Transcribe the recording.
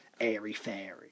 airy-fairy